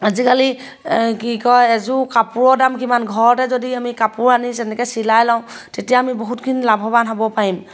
আজিকালি কি কয় এযোৰ কাপোৰৰ দাম কিমান ঘৰতে যদি আমি কাপোৰ আনি তেনেকৈ চিলাই লওঁ তেতিয়া আমি বহুতখিনি লাভৱান হ'ব পাৰিম